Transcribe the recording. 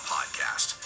Podcast